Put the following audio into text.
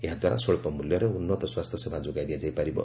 ଏହାଦ୍ୱାରା ସ୍ୱଚ୍ଚ ମୂଲ୍ୟରେ ଉନ୍ନତ ସ୍ୱାସ୍ଥ୍ୟସେବା ଯୋଗାଇ ଦିଆଯାଇପାରିବ